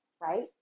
right